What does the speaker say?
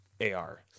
AR